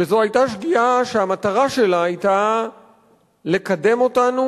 וזו היתה שגיאה שהמטרה שלה היתה לקדם אותנו